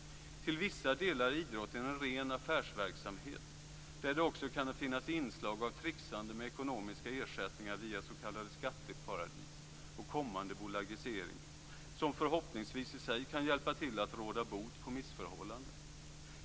Till vissa delar är idrotten en ren affärsverksamhet. Där kan finnas inslag av tricksande med ekonomiska ersättningar via s.k. skatteparadis samt kommande bolagisering som förhoppningsvis i sig kan hjälpa till att råda bot på missförhållanden.